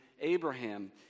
Abraham